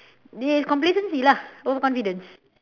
there is complacency lah overconfidence